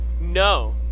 No